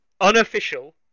unofficial